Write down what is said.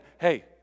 hey